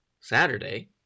Saturday